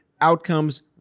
Outcomes